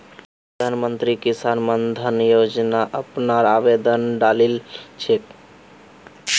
हामी प्रधानमंत्री किसान मान धन योजना अपनार आवेदन डालील छेक